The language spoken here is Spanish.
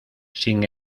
sin